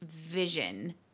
vision